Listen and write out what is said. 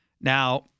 Now